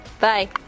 bye